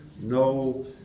no